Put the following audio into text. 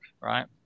right